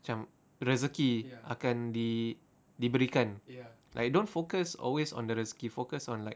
cam rezeki akan di diberikan like don't focus always on the rezeki focus on like